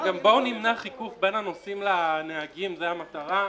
גם בואו נמנע חיכוך בין הנוסעים לנהגים, זו המטרה,